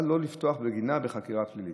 אבל הוא לא יפתח בגינה בחקירה פלילית.